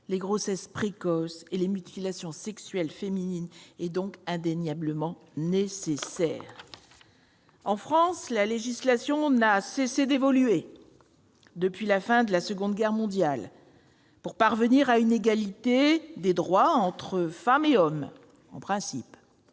les grossesses précoces et les mutilations sexuelles féminines est donc indéniablement nécessaire. En France, la législation n'a cessé d'évoluer depuis la fin de la Seconde Guerre mondiale pour parvenir, en principe, à une égalité des droits entre les femmes et les hommes. Je ne